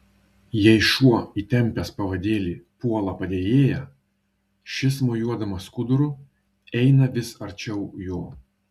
jei šuo įtempęs pavadėlį puola padėjėją šis mojuodamas skuduru eina vis arčiau jo